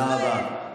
תודה רבה.